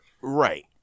right